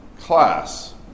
class